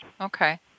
Okay